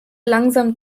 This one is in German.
langsam